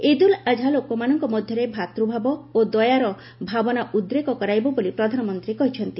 ଇଦ୍ ଉଲ୍ ଆଝା ଲୋକମାନଙ୍କ ମଧ୍ୟରେ ଭ୍ରାତୃଭାବ ଓ ଦୟାର ଭାବନା ଉଦ୍ରେକ କରାଇବ ବୋଲି ପ୍ରଧାନମନ୍ତ୍ରୀ କହିଛନ୍ତି